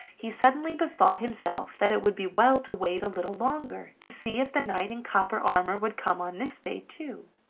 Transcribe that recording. he suddenly bethought himself that it would be well to wait a little longer to see if the knight in copper armor would come on this day too.